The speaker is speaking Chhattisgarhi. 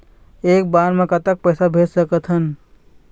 एक बार मे कतक पैसा भेज सकत हन?